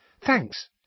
Thanks